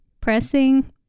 pressing